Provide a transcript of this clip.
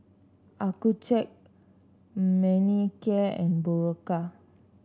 Accucheck Manicare and Berocca